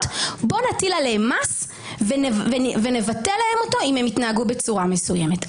בואו נטיל עליהם מס ונבטל אותו אם הם יתנהגו בצורה מסוימת.